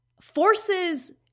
forces